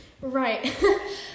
Right